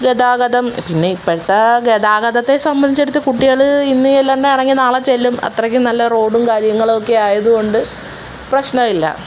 ഗതാഗതം പിന്നെ ഇപ്പോഴത്തെ ഗതാഗതത്തെ സംബന്ധിച്ചിടത്ത് കുട്ടികള് ഇന്ന് ചെല്ലേണ്ടതാണെങ്കില് നാളെ ചെല്ലും അത്രയ്ക്കും നല്ല റോഡും കാര്യങ്ങളും ഒക്കെ ആയതുകൊണ്ട് പ്രശ്നമില്ല